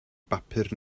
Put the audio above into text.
bapur